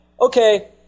Okay